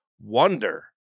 wonder